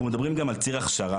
אנחנו מדברים גם על ציר הכשרה,